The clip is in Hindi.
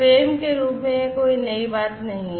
फ्रेम के रूप में यह कोई नई बात नहीं है